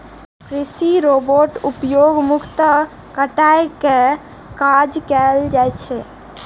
कृषि रोबोटक उपयोग मुख्यतः कटाइ के काज मे कैल जाइ छै